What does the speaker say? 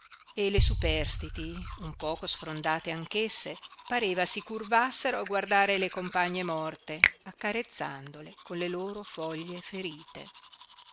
e le superstiti un poco sfrondate anch'esse pareva si curvassero a guardare le compagne morte accarezzandole con le loro foglie ferite